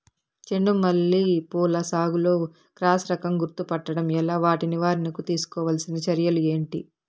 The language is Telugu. చెండు మల్లి పూల సాగులో క్రాస్ రకం గుర్తుపట్టడం ఎలా? వాటి నివారణకు తీసుకోవాల్సిన చర్యలు ఏంటి?